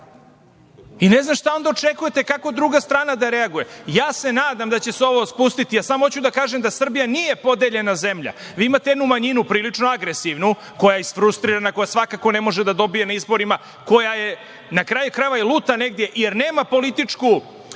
i ne znam šta onda da očekujte, kako druga strana da reaguje. Nadam se da će se ovo spustiti i samo hoću da kažem da Srbija nije podeljena zemlja. Imate jednu manjinu prilično agresivnu, koja je isfrustrirana i koja svakako ne može da dobije na izborima, koja na kraju krajeva i luta negde, jer nema političku